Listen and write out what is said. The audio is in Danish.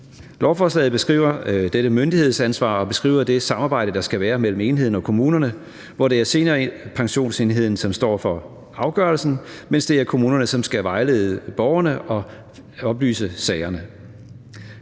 Lovforslaget beskriver dette myndighedsansvar og beskriver det samarbejde, der skal være mellem enheden og kommunerne, hvor det er Seniorpensionsenheden, som står for afgørelsen, mens det er kommunerne, som skal vejlede borgerne og oplyse sagerne